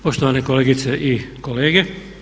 Poštovane kolegice i kolege.